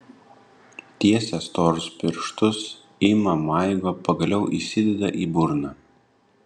tiesia storus pirštus ima maigo pagaliau įsideda į burną